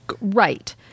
Right